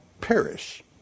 perish